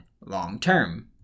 long-term